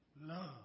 love